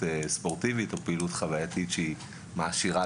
ספורטיבית או פעילות חוויתית שהיא מעשירה,